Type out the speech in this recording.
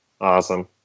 Awesome